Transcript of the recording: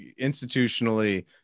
institutionally